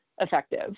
effective